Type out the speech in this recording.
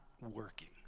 working